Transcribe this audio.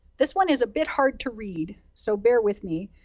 this one is a bit hard to read, so bear with me.